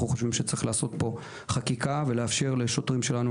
אנחנו חושבים שצריך שתהיה חקיקה שתאפשר לשוטרים שלנו